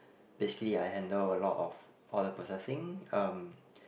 basically I handle a lot of all the processing um